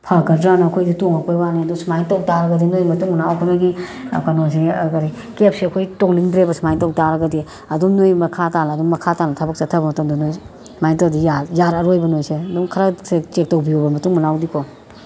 ꯐꯒꯗ꯭ꯔꯥꯅ ꯑꯩꯈꯣꯏꯁꯨ ꯇꯣꯡꯉꯛꯄꯒꯤ ꯋꯥꯅꯤ ꯑꯗꯨ ꯁꯨꯃꯥꯏꯅ ꯇꯧ ꯇꯥꯔꯒꯗꯤ ꯅꯣꯏ ꯃꯇꯨꯡ ꯃꯅꯥꯎ ꯑꯩꯈꯣꯏꯒꯤ ꯀꯩꯅꯣꯁꯦ ꯀꯔꯤ ꯀꯦꯞꯁꯦ ꯑꯩꯈꯣꯏ ꯇꯣꯡꯅꯤꯡꯗ꯭ꯔꯦꯕ ꯁꯨꯃꯥꯏꯅ ꯇꯧ ꯇꯥꯔꯒꯗꯤ ꯑꯗꯨꯝ ꯅꯣꯏ ꯃꯈꯥ ꯇꯥꯅ ꯑꯗꯨꯝ ꯃꯈꯥ ꯇꯥꯅ ꯊꯕꯛ ꯆꯠꯊꯕ ꯃꯇꯝꯗ ꯅꯣꯏ ꯁꯨꯃꯥꯏꯅ ꯇꯧ ꯇꯥꯔꯗꯤ ꯌꯥꯔꯔꯣꯏꯕ ꯅꯣꯏꯁꯦ ꯑꯗꯨꯝ ꯈꯔ ꯆꯦꯛ ꯇꯧꯕꯤꯌꯣ ꯃꯇꯨꯡ ꯃꯅꯥꯎꯗꯤ ꯀꯣ